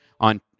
on